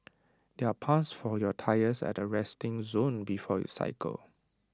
there are pumps for your tyres at the resting zone before you cycle